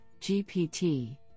GPT